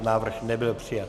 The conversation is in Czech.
Návrh nebyl přijat.